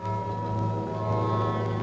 oh